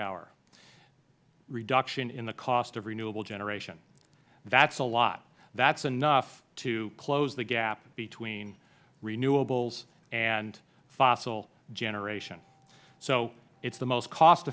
hour reduction in the cost of renewable generation that is a lot that is enough to close the gap between renewables and fossil generation so it is the most cost